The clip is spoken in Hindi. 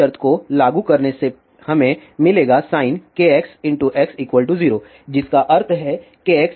इस शर्त को लागू करने से हमें मिलेगा sin kxx0 जिसका अर्थ है kxmπa